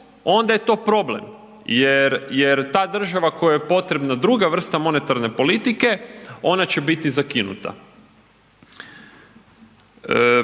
onda je to problem jer ta država kojoj je potrebna druga vrsta monetarne politike ona će biti zakinuta.